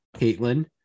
Caitlin